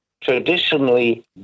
traditionally